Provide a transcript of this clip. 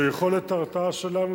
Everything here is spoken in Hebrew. שיכולת ההרתעה שלנו,